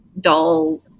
dull